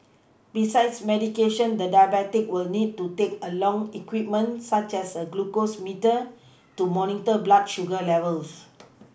besides medication the diabetic will need to take along equipment such as a glucose meter to monitor blood sugar levels